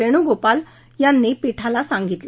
वेणूगोपाल यांनी पीठाला सांगितलं